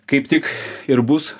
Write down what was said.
kaip tik ir bus